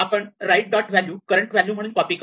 आपण write dot value current value म्हणून copy करतो